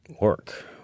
work